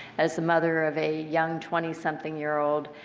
as a mother of a young twenty something year-old,